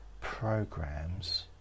programs